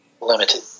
limited